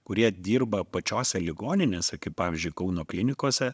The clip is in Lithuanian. kurie dirba pačiose ligoninėse kaip pavyzdžiui kauno klinikose